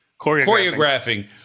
Choreographing